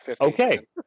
okay